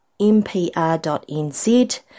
mpr.nz